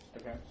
Okay